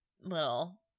little